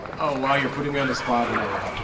oh wow you're putting me on the spot here.